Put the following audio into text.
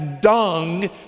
dung